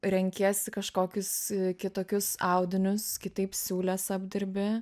renkiesi kažkokius kitokius audinius kitaip siūles apdirbi